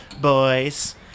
boys